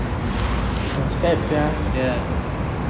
ya